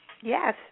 yes